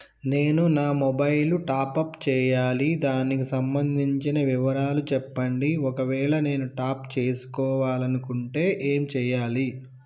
నేను నా mobile top up చేయాలి దానికి సంబంధించిన వివరాలు చెప్పండి ఒకవేళ నేను టాప్ చేసుకోవాలనుకుంటే ఏం చేయాలి?